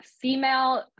Female